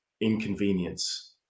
inconvenience